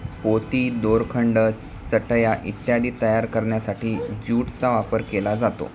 पोती, दोरखंड, चटया इत्यादी तयार करण्यासाठी ज्यूटचा वापर केला जातो